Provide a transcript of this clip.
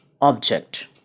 object